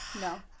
No